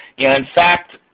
yeah in fact,